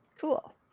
cool